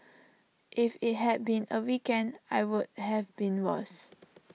if IT had been A weekend I would have been worse